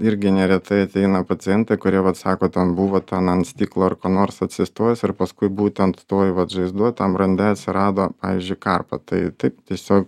irgi neretai ateina pacientai kurie vat sako ten buvo ten ant stiklo ar ko nors atsistojęs ir paskui būtent toj vat žaizdoj tam rande atsirado pavyzdžiui karpa tai taip tiesiog